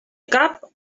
cap